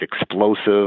explosive